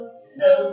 no